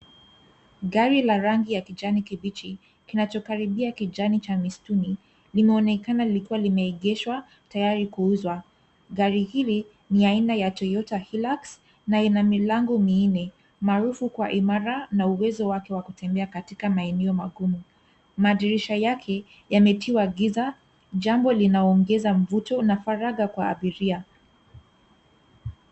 Gari la rangi ya kijani kibichi kinachokaribia kijani cha misituni. Linaonekana likiwa limeegeshwa tayari kuuzwa .Gari hili ni la aina ya Toyota Hilux na lina milango minne maarufu kwa imara na uwezo wake wa kutembea katika maeneo magumu. Madirisha yake yametiwa giza jambo linaongeza mvuto na faragha kwa abiria.